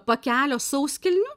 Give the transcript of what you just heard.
pakelio sauskelnių